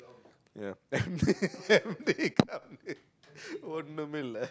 yeah